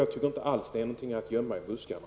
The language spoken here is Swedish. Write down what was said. Jag tycker inte alls att det är något att gömma i buskarna.